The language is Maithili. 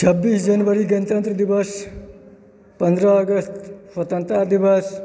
छब्बीस जनवरी गणतन्त्र दिवस पन्द्रह अगस्त स्वतंत्रता दिवस